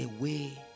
away